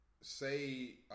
say